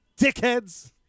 dickheads